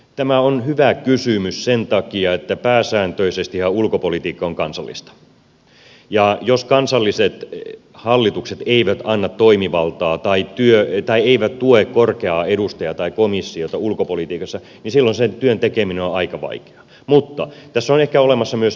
tämä on hyvä kysymys sen takia että pääsääntöisestihän ulkopolitiikka on kansallista ja jos kansalliset hallitukset eivät anna toimivaltaa tai eivät tue korkeaa edustajaa tai komissiota ulkopolitiikassa silloin sen työn tekeminen on aika vaikeaa mutta tästä on ehkä olemassa myös välimuoto